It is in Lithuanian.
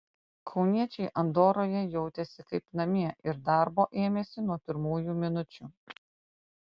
kauniečiai andoroje jautėsi kaip namie ir darbo ėmėsi nuo pirmųjų minučių